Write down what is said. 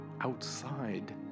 outside